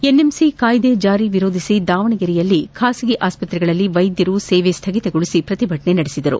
NMC ಕಾಯ್ದೆ ಜಾರಿ ವಿರೋಧಿಸಿ ದಾವಣಗೆರೆಯಲ್ಲಿ ಖಾಸಗಿ ಆಸ್ಪತ್ರೆಗಳಲ್ಲಿ ವೈದ್ಯರು ಸೇವೆ ಸ್ಥಗಿತಗೊಳಿಸಿ ಪ್ರತಿಭಟನೆ ನಡೆಸಿದರು